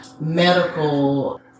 medical